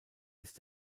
ist